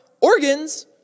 organs